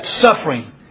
suffering